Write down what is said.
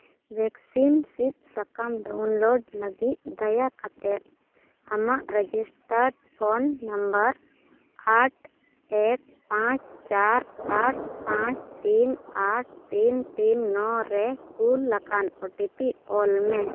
vaccine ᱥᱤᱫᱽ ᱥᱟᱠᱟᱢ download ᱞᱟᱹᱜᱤᱫ ᱫᱟᱭᱟ ᱠᱟᱛᱮ ᱟᱢᱟᱜ ᱨᱮᱡᱤᱥᱴᱟᱨ ᱯᱷᱳᱱ ᱱᱟᱢᱵᱟᱨ ᱟᱴ ᱮᱹᱠ ᱯᱟᱸᱪ ᱪᱟᱨ ᱟᱴ ᱯᱟᱸᱪ ᱛᱤᱱ ᱟᱴ ᱛᱤᱱ ᱛᱤᱱ ᱱᱚ ᱨᱮ ᱠᱩᱞᱟᱠᱟᱱ ᱳᱴᱤᱯᱤ ᱚᱞ ᱢᱮ